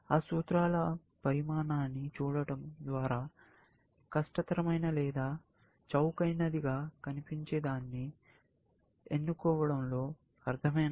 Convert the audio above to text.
ఆ సూత్రాల పరిమాణాన్ని చూడటం ద్వారా కష్టతరమైన లేదా చౌకైనది గా కనిపించేదాన్ని ఎన్నుకోవడంలో అర్ధమేనా